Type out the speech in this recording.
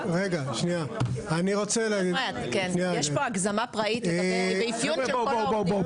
יש פה הגזמה פראית ואפיון של כל העובדים.